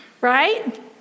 Right